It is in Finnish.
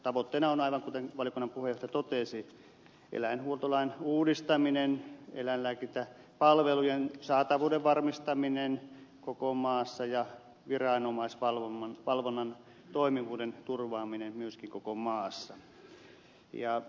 tavoitteena on aivan kuten valiokunnan puheenjohtaja totesi eläinhuoltolain uudistaminen eläinlääkintäpalvelujen saatavuuden varmistaminen koko maassa ja viranomaisvalvonnan toimivuuden turvaaminen myöskin koko maassa